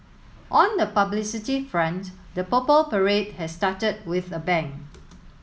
on the publicity front the Purple Parade has started with a bang